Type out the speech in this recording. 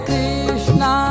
Krishna